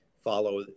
follow